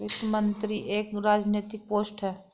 वित्त मंत्री एक राजनैतिक पोस्ट है